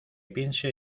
piense